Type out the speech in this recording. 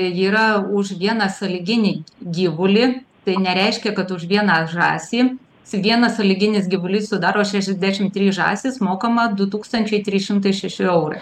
yra už vieną sąlyginį gyvulį tai nereiškia kad už vieną žąsį vienas sąlyginis gyvulys sudaro šešiasdešim trys žąsis mokama du tūkstančiai trys šimtai šeši eurai